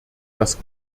das